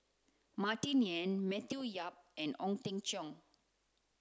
Martin Yan Matthew Yap and Ong Teng Cheong